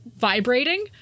vibrating